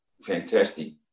fantastic